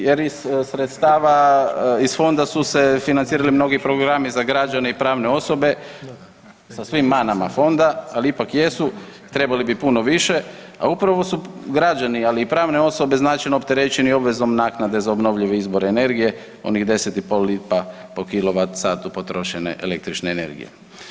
Jer iz fonda su se financirali mnogi programi za građane i pravne osobe sa svim manama fonda, ali ipak jesu, trebali bi puno više, a upravo su građani ali i pravne osobe značajno opterećeni obvezom naknade za obnovljive izvore energije onih 10,5 lipa po kWh potrošene električne energije.